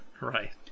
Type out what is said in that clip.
Right